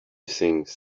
things